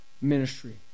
ministry